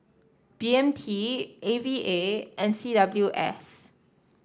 B M T A V A and C W S